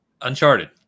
uncharted